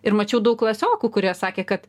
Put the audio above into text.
ir mačiau daug klasiokų kurie sakė kad